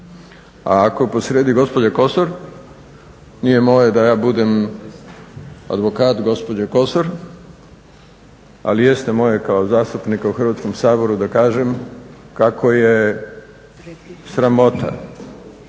A ako je posrijedi gospođa Kosor nije moje da ja budem advokat gospođe Kosor ali jeste moje je kao zastupnika u Hrvatskom saboru da kažem kako je sramota